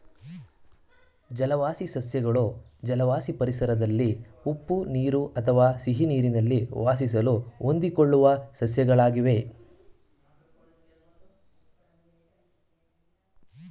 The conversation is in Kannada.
ಜಲವಾಸಿ ಸಸ್ಯಗಳು ಜಲವಾಸಿ ಪರಿಸರದಲ್ಲಿ ಉಪ್ಪು ನೀರು ಅಥವಾ ಸಿಹಿನೀರಲ್ಲಿ ವಾಸಿಸಲು ಹೊಂದಿಕೊಳ್ಳುವ ಸಸ್ಯಗಳಾಗಿವೆ